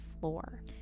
floor